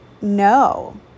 no